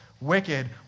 wicked